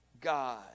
God